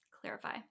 clarify